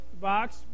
box